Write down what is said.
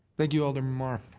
thank you, alderman mar.